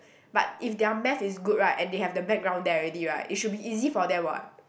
but if their Math is good right and they have the background there already right it should be easy for them [what]